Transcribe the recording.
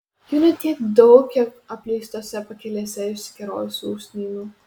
jų ne tiek daug kiek apleistose pakelėse išsikerojusių usnynų